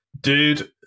Dude